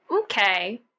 okay